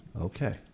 Okay